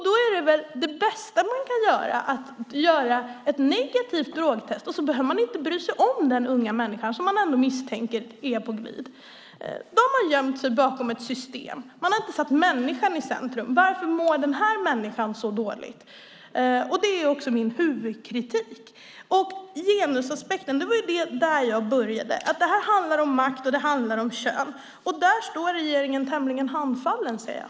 Då är väl det bästa man kan göra att göra ett negativt drogtest, och så behöver man inte bry sig om den unga människa som man ändå misstänker är på glid. Då har man gömt sig bakom ett system. Man har inte satt människan i centrum. Varför mår den här människan så dåligt? Det är min huvudkritik. Det var med genusaspekten jag började. Det här handlar om makt och kön. Där står regeringen tämligen handfallen, ser jag.